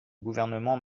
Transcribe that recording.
gouvernement